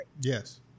Yes